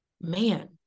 man